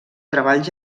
treballs